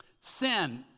Sin